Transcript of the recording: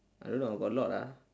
I don't know got a lot lah